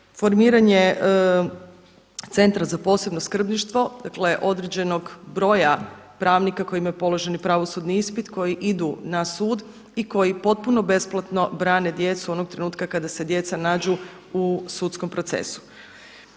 formiranje Centra za posebno skrbništvo, dakle određenog broja pravnika koji imaju položen pravosudni ispit, koji idu na sud i koji potpuno besplatno brane djecu onog trenutka kada se djeca nađu u sudskom procesu.